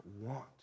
want